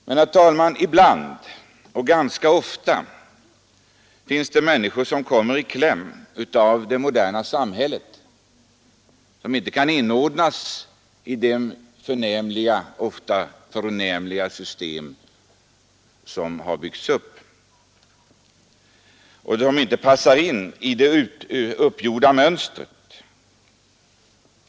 Men, herr talman, ganska ofta finns det människor som kommer i kläm i det moderna samhället, som inte kan inordnas i det förnämliga system som har byggts upp och som inte passar in i det uppgjorda mönstret.